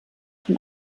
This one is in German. von